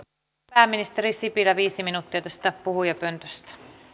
pääministeri sipilä viisi minuuttia tästä puhujapöntöstä